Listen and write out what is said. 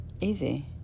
Easy